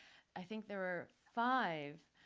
i think there were five